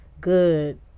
good